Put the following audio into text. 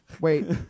wait